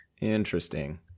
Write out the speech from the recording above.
Interesting